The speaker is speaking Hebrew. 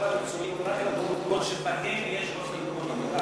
שהכשרה מקצועית תהיה רק במקומות שבהם יש חוסר במקומות עבודה.